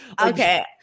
Okay